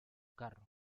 carro